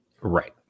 Right